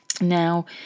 Now